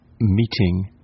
meeting